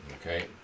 Okay